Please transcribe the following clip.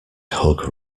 hug